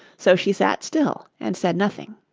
so she sat still and said nothing.